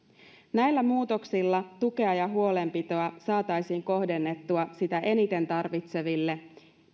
näillä muutoksilla tukea ja huolenpitoa saataisiin kohdennettua sitä eniten tarvitseville